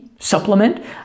supplement